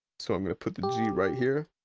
so i'm gonna put the g right here.